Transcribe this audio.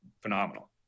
phenomenal